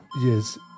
Yes